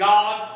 God